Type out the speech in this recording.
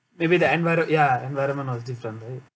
maybe the enviro~ ya environment all different right